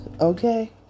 okay